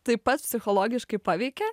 taip pat psichologiškai paveikia